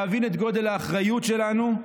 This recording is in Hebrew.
להבין את גודל האחריות שלנו,